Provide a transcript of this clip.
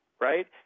right